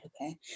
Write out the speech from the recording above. okay